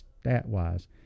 stat-wise